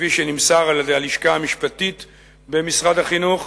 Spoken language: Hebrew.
כפי שנמסר על-ידי הלשכה המשפטית במשרד החינוך,